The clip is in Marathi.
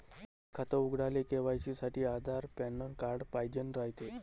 बचत खातं उघडाले के.वाय.सी साठी आधार अन पॅन कार्ड पाइजेन रायते